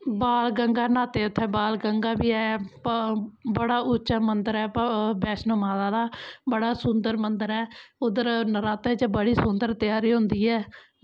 बाण गंगा न्हाते उत्थें बाल गंगा बी ऐ बड़ा उच्चा मन्दर ऐ बैैष्णो माता दा बड़ा सुंदर मंदर ऐ उद्धर नरातें च बड़ी सुंदर त्यारी होंदी ऐ